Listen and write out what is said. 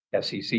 SEC